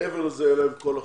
מעבר לזה אין להם כל הכנסה.